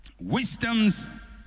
Wisdom's